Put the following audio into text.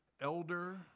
elder